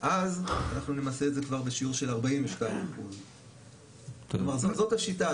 אז אנחנו נמסה את זה כבר בשיעור של 42%. זאת השיטה.